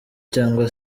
cyangwa